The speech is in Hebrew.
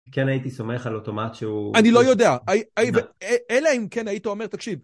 כן הייתי שמח על אותו משהו אני לא יודע אלא אם כן היית אומר תקשיב.